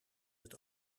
het